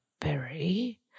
berry